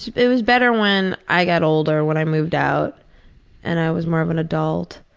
it was better when i got older, when i moved out and i was more of an adult